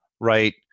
Right